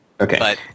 Okay